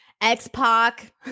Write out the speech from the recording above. X-Pac